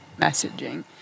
messaging